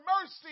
mercy